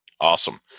Awesome